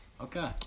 okay